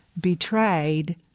betrayed